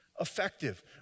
effective